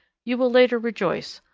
you will later rejoice,